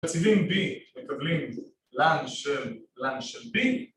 מציבים b מקבלים lan של b